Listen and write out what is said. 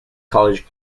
college